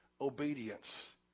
obedience